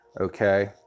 Okay